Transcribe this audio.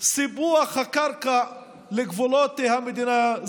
סיפוח הקרקע לגבולות המדינה.